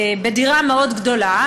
בדירה מאוד גדולה,